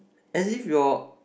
is it your